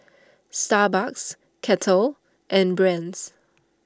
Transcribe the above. Starbucks Kettle and Brand's